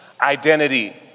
identity